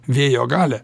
vėjo galią